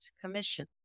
commission